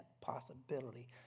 possibility